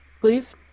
please